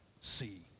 see